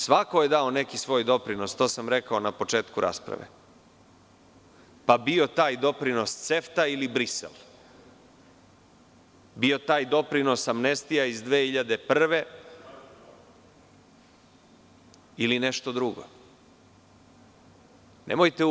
Svako je dao neki svoj doprinos, to sam rekao na početku rasprave, pa bio taj doprinos CEFTA ili Brisel, bio taj doprinos amnestija iz 2001. godine ili nešto drugo.